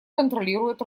контролирует